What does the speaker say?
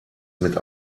mit